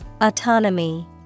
autonomy